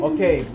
Okay